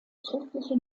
schriftliche